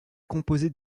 composé